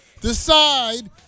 decide